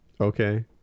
Okay